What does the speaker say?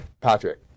Patrick